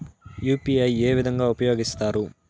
UPI ఏ విధంగా ఉపయోగిస్తారు?